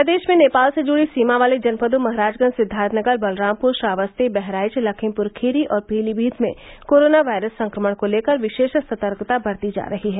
प्रदेश में नेपाल से जुड़ी सीमा वाले जनपदों महराजगंज सिद्वार्थनगर बलरामपुर श्रावस्ती बहराइच लखीमपुर खीरी और पीलीभीत में कोरोना वायरस संक्रमण को लेकर विशेष सतर्कता बरती जा रही है